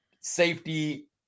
safety